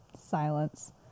Silence